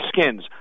Skins